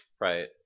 Right